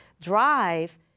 drive